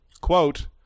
Quote